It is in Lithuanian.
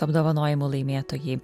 apdovanojimų laimėtojai